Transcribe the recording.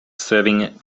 serving